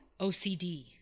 OCD